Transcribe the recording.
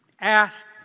ask